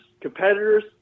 competitors